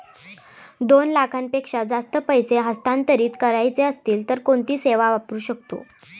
दोन लाखांपेक्षा जास्त पैसे हस्तांतरित करायचे असतील तर कोणती सेवा वापरू शकतो?